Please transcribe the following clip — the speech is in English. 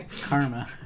Karma